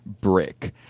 brick